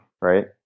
right